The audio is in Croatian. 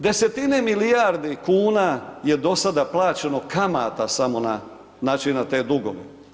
Desetine milijardi kuna je dosada plaćeno kamata samo znači na te dugove.